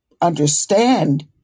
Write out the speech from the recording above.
understand